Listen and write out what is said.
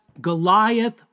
Goliath